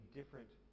different